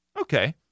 Okay